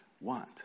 want